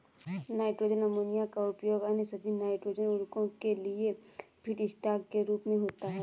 nitrogen ammonia का उपयोग अन्य सभी नाइट्रोजन उवर्रको के लिए फीडस्टॉक के रूप में होता है